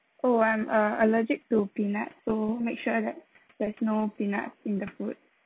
oh I'm err allergic to peanuts so make sure that there's no peanut in the food